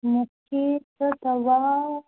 मूंखे त तव्हां